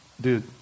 dude